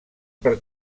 per